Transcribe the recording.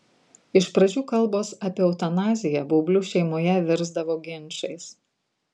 iš pradžių kalbos apie eutanaziją baublių šeimoje virsdavo ginčais